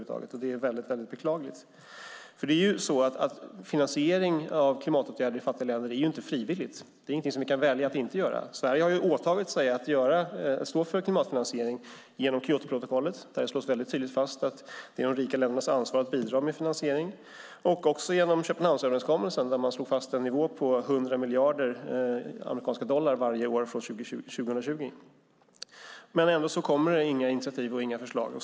Det är väldigt beklagligt. Finansiering av klimatåtgärder i fattiga länder är ju inte frivilligt. Det är ingenting som vi kan välja att inte göra. Sverige har åtagit sig att stå för klimatfinansiering genom Kyotoprotokollet, där det tydligt slås fast att det är de rika ländernas ansvar att bidra med finansiering, och genom Köpenhamnsöverenskommelsen, där det slogs fast en nivå på 100 miljarder amerikanska dollar varje år från 2020. Ändå kommer det inga initiativ och inga förslag.